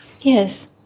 Yes